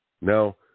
Now